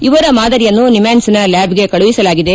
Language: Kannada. ಇವರ ಮಾದರಿಯನ್ನು ನಿಮ್ಮಾನ್ಸ್ನ ಲ್ಲಾಬ್ಗೆ ಕಳುಹಿಸಲಾಗಿದೆ